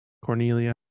Cornelia